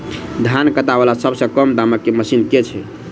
धान काटा वला सबसँ कम दाम केँ मशीन केँ छैय?